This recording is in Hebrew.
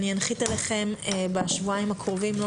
אני אנחית עליכם בשבועיים הקרובים לא